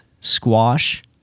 squash